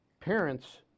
parents